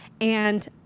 And-